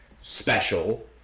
special